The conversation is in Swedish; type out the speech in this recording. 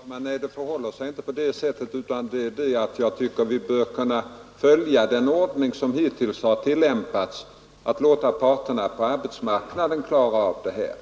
Herr talman! Nej, det förhåller sig inte på det sättet. Jag menar att vi bör kunna följa den ordning som hittills har tillämpats — att låta parterna på arbetsmarknaden klara av det här.